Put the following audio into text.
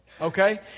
Okay